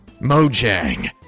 Mojang